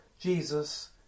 Jesus